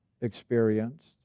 experienced